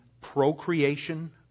procreation